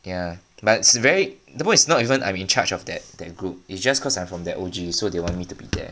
ya but it's very the point is not even I'm in charge of that that group is just cause I'm from that O_G so they want me to be there